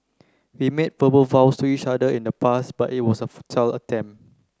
we made verbal vows to each other in the past but it was a futile attempt